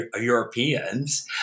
Europeans